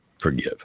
forgive